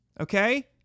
Okay